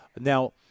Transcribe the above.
Now